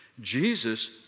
Jesus